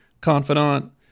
confidant